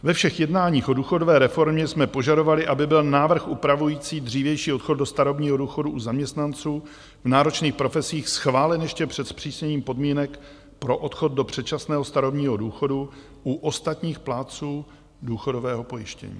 Ve všech jednáních o důchodové reformě jsme požadovali, aby byl návrh upravující dřívější odchod do starobního důchodu u zaměstnanců v náročných profesích schválen ještě před zpřísněním podmínek pro odchod do předčasného starobního důchodu u ostatních plátců důchodového pojištění.